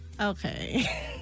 Okay